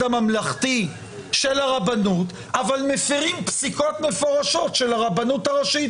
הממלכתי של הרבנות אבל מפרים פסיקות מפורשות של הרבנות הראשית,